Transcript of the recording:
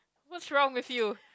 what's wrong with you